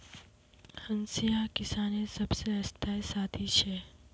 हंसिया किसानेर सबसे स्थाई साथी छे